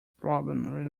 problem